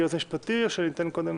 כיועץ משפטי או שניתן קודם